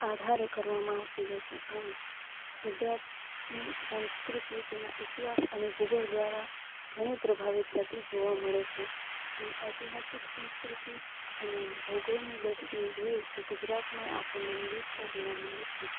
આધારે કરવામાં આવતી હોય છે આમ ગુજરાતની સંસ્કૃતિ તેના ઇતિહાસ અને ભૂગોળ દ્વારા ઘણી પ્રભાવિત થતી જોવા મળે છે આમ ઐતિહાસિક સંસ્કૃતિ અને ભૂગોળની દૃષ્ટિએ જોઈએ તો ગુજરાતમાં આપણને વિવિધતા જોવા મળે છે